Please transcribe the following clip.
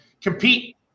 compete